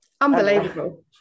unbelievable